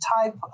type